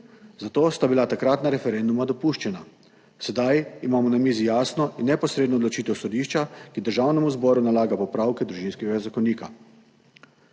zato sta bila takratna referenduma dopuščena. Sedaj imamo na mizi jasno in neposredno odločitev sodišča, ki Državnemu zboru nalaga popravke Družinskega zakonika.